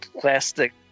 plastic